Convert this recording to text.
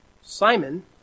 Simon